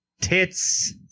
tits